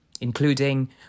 including